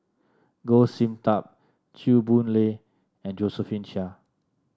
Goh Sin Tub Chew Boon Lay and Josephine Chia